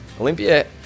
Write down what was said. Olympia